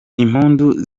impundu